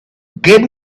give